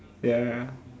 ya ya